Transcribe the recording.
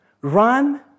run